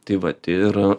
tai vat ir